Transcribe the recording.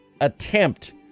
attempt